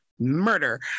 Murder